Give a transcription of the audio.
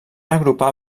agrupar